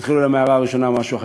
נתחיל אולי מההערה הראשונה, משהו אחר.